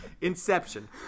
Inception